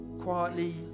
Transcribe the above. quietly